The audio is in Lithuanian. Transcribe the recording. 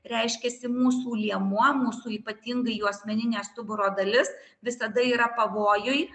reiškiasi mūsų liemuo mūsų ypatingai juosmeninė stuburo dalis visada yra pavojuj